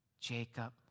Jacob